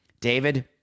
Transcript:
David